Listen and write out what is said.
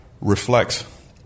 reflects